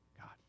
God